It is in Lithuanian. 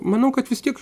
manau kad vis tiek